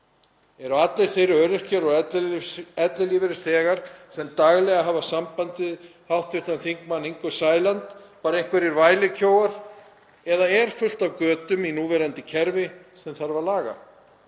Eru allir þeir öryrkjar og ellilífeyrisþegar sem daglega hafa samband við hv. þm. Ingu Sæland bara einhverjir vælukjóar eða er fullt af götum í núverandi kerfi sem þarf að laga?